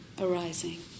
arising